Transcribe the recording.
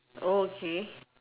oh okay